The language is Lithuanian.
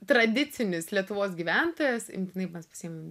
tradicinis lietuvos gyventojas imtinai mes pasiėmėm